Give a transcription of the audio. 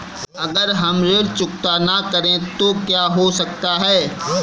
अगर हम ऋण चुकता न करें तो क्या हो सकता है?